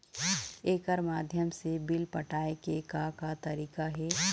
एकर माध्यम से बिल पटाए के का का तरीका हे?